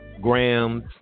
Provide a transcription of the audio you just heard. grams